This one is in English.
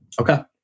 Okay